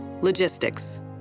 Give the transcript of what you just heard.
Logistics